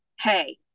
hey